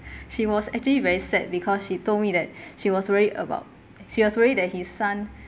she was actually very sad because she told me that she was worried about she was worried that her son